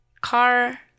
car